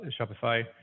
Shopify